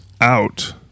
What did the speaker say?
out